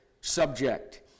subject